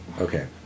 Okay